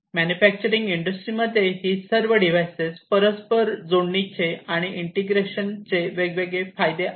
manufacturing इंडस्ट्रीमध्ये ही सर्व डिव्हाइस परस्पर जोडणीचे आणि इंटिग्रेशनचे वेगवेगळे फायदे आहेत